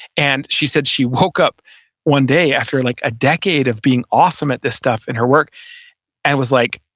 and she said she woke up one day after like a decade of being awesome at this stuff and her work and was like,